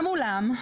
אולם,